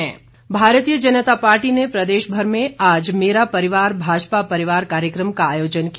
भाजपा अभियान भारतीय जनता पार्टी ने प्रदेशभर में आज मेरा परिवार भाजपा परिवार कार्यकम का आयोजन किया